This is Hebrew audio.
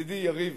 ידידי יריב,